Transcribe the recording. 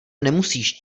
nemusíš